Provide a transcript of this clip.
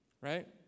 Right